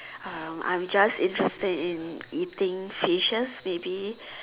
uh I'm just interested in eating fishes maybe